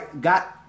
got